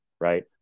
right